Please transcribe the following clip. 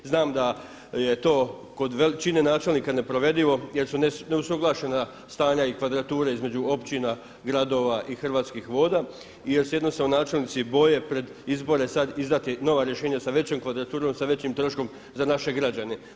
Znam da je to kod većine načelnika neprovedivo jer su neusuglašena stanja i kvadrature između općina, gradova i Hrvatskih voda jer se jednostavno načelnici boje pred izbore sada izdati nova rješenja sa većom kvadraturom, sa većim troškom za naše građane.